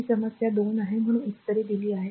तर r ही समस्या 2 आहे म्हणून उत्तरे दिली आहेत